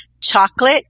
chocolate